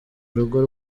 urugo